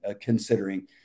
considering